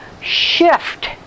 Shift